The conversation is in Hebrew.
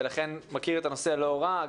ולכן מכיר את הנושא לא רע.